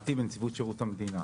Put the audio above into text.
משמעתי בנציבות שירות המדינה.